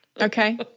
Okay